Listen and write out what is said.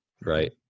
Right